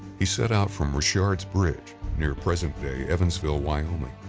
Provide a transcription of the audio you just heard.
he set out from richard's bridge near present-day evansville, wyoming,